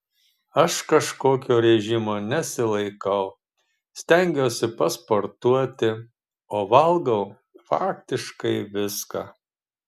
aš kažkokio režimo nesilaikau stengiuosi pasportuoti o valgau faktiškai viską